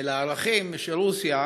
לערכים של רוסיה,